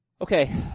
Okay